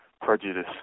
prejudice